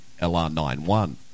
LR91